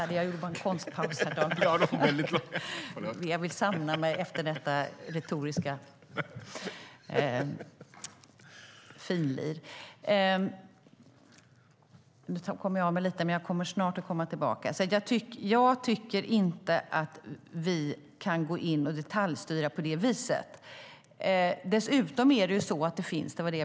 Dessutom finns tågförarutbildningar på fler ställen.